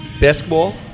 Basketball